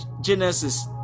genesis